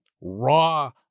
raw